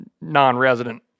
non-resident